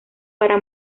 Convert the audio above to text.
para